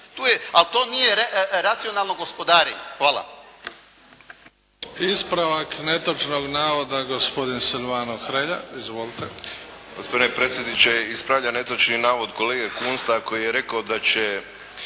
Ali to nije racionalno gospodarenje. Hvala. **Bebić, Luka (HDZ)** Ispravak netočnog navoda, gospodin Silvano Hrelja. Izvolite.